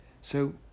So